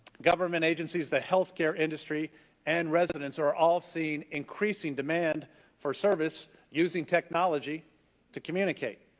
government agencies, the health care industry and residents are all seeing increasing demand for service using technology to communicate.